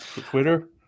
Twitter